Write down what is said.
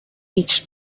each